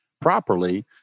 properly